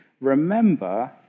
remember